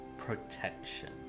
protection